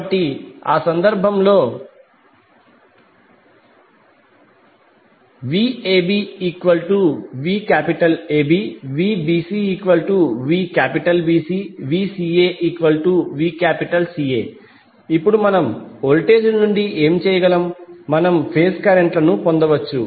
కాబట్టి ఆ సందర్భంలో VabVAB VbcVBC VcaVCA ఇప్పుడు మనం వోల్టేజ్ల నుండి ఏం చేయగలం మనము ఫేజ్ కరెంట్లను పొందవచ్చు